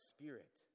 Spirit